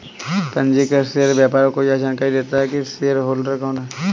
पंजीकृत शेयर व्यापार को यह जानकरी देता है की शेयरहोल्डर कौन है